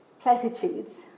platitudes